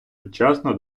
вчасно